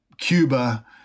Cuba